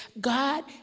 God